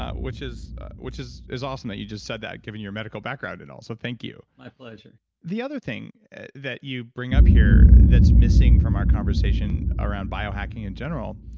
ah which is which is awesome that you just said that, given your medical background and all. so thank you my pleasure the other thing that you bring up here, that's missing from our conversation around bio hacking in general,